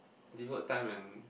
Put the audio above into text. devote time and